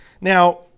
Now